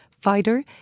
fighter